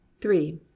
three